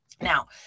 Now